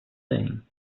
saying